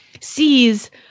sees